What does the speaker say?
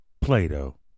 Plato